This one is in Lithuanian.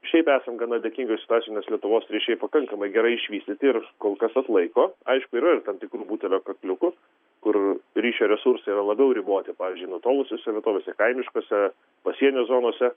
šiaip esam gana dėkingoj situacijoj nes lietuvos ryšiai pakankamai gerai išvystyti ir kol kas atlaiko aišku yra ir tam tikrų butelio kakliukų kur ryšio resursai yra labiau riboti pavyzdžiui nutolusiose vietovėse kaimiškose pasienio zonose